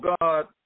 God